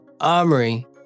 armory